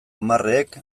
hamarrek